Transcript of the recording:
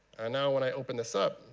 ah now when i open this up,